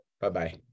Bye-bye